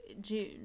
june